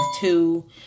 two